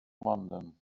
london